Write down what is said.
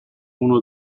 uno